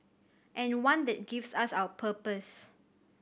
and one that gives us our purpose